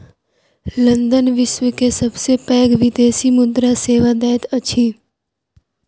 London विश्व के सबसे पैघ विदेशी मुद्रा सेवा दैत अछि